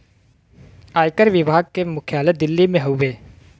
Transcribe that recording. आयकर विभाग के मुख्यालय दिल्ली में हउवे